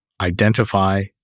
identify